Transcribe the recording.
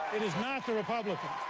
it is not the republicans.